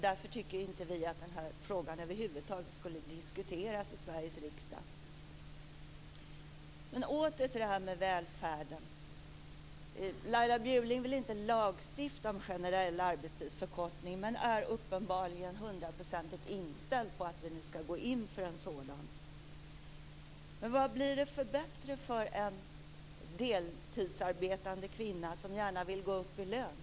Därför tycker inte vi att den här frågan över huvud taget skall diskuteras i Sveriges riksdag. Åter till välfärden. Laila Bjurling vill inte lagstifta om generell arbetstidsförkortning men är uppenbarligen hundraprocentigt inställd på att vi nu skall gå inför en sådan. Men på vilket sätt blir det bättre för en deltidsarbetande kvinna som gärna vill gå upp i lön?